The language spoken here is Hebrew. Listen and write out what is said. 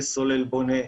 סולל בונה,